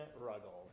Ruggles